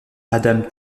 adam